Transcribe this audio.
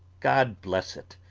god bless it,